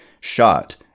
shot